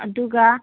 ꯑꯗꯨꯒ